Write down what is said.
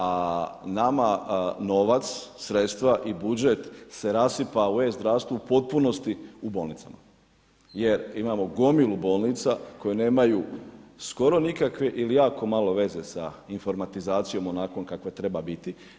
A nama novac, sredstva i budžet se rasipa u e-zdravstvu u potpunosti u bolnicama jer imamo gomilu bolnica koje nemaju skoro nikakve ili jako malo veza sa informatizacijom onakvom kakva treba biti.